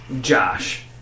Josh